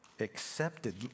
Accepted